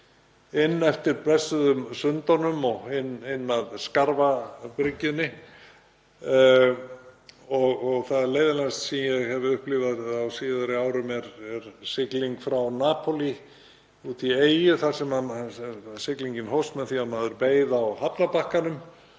inn eftir blessuðum sundunum og inn að Skarfabryggjunni. Það leiðinlegasta sem ég hef upplifað á síðari árum er sigling frá Napólí út í eyju þar sem siglingin hófst með því að maður beið á hafnarbakkanum